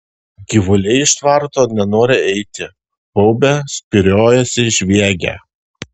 gyvuliai iš tvarto nenori eiti baubia spyriojasi žviegia